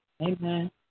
Amen